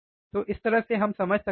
तो इस तरह हम समझ सकते हैं